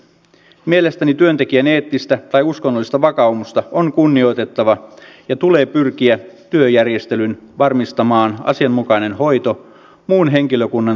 mielestäni työntekijän eettistä tai uskonnollista vakaumusta on kunnioitettava ja tulee pyrkiä työjärjestelyin varmistamaan asianmukainen hoito muun henkilökunnan suorittamana